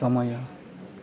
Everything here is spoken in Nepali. समय